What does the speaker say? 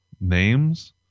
names